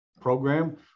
program